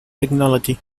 technology